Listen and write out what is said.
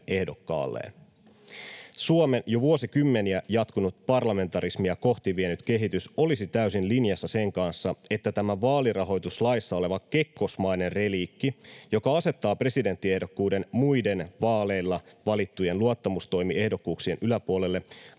Suomen jo vuosikymmeniä jatkunut parlamentarismia kohti vienyt kehitys olisi täysin linjassa sen kanssa, että tämä vaalirahoituslaissa oleva kekkosmainen reliikki, joka asettaa presidenttiehdokkuuden muiden vaaleilla valittujen luottamustoimiehdokkuuksien yläpuolelle,